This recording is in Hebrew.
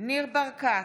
ניר ברקת,